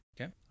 okay